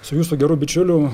su jūsų geru bičiuliu